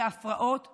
הפרעות ומחלות,